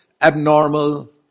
abnormal